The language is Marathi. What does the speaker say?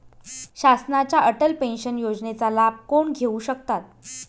शासनाच्या अटल पेन्शन योजनेचा लाभ कोण घेऊ शकतात?